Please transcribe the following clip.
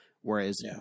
Whereas